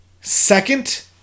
second